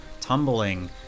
tumbling